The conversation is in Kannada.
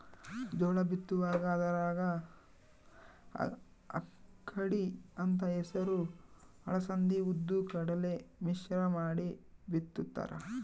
ಜೋಳ ಬಿತ್ತುವಾಗ ಅದರಾಗ ಅಕ್ಕಡಿ ಅಂತ ಹೆಸರು ಅಲಸಂದಿ ಉದ್ದು ಕಡಲೆ ಮಿಶ್ರ ಮಾಡಿ ಬಿತ್ತುತ್ತಾರ